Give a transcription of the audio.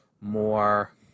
more